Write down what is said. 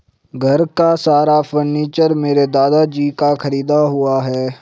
घर का सारा फर्नीचर मेरे दादाजी का खरीदा हुआ है